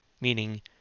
meaning